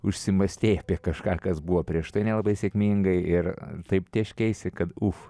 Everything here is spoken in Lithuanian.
užsimąstei apie kažką kas buvo prieš tai nelabai sėkmingai ir taip tėškeisi kad uch